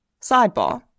Sidebar